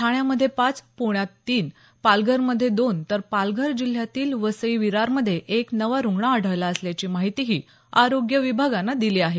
ठाण्यामधे पाच पुण्यात तीन पालघरमधे दोन तर पालघर जिल्ह्यातील वसई विरारमधे एक नवा रुग्ण आढळला असल्याची माहितीही आरोग्य विभागानं दिली आहे